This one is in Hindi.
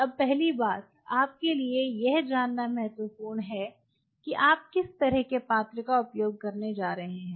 अब पहली बात आपके लिए यह जानना महत्वपूर्ण है कि आप किस तरह के पात्र का उपयोग करने जा रहे हैं